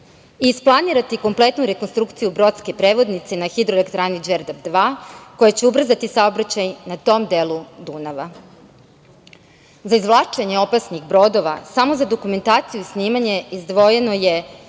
Isplanirati kompletnu rekonstrukciju brodske prevodnice na Hidroelektrani „Đerdap II“ koja će ubrzati saobraćaj na tom delu Dunava. Za izvlačenje opasnih brodova, samo za dokumentaciju i snimanje izdvojeno je